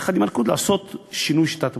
יחד עם הליכוד, לעשות שינוי בשיטת הבחירות.